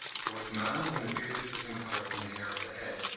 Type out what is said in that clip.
for with man when the beard differs in colour from the hair of the head,